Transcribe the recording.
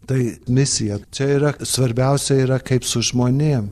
tai misija čia yra svarbiausia yra kaip su žmonėm